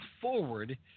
forward